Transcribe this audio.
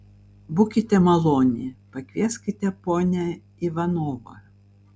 būkite maloni pakvieskite ponią ivanovą